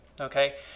okay